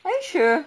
are you sure